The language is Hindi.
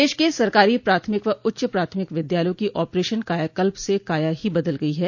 प्रदेश के सरकारी प्राथमिक व उच्च प्राथमिक विद्यालयों की ऑपरेशन कायाकल्प से काया ही बदल गई है